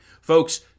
Folks